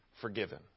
forgiven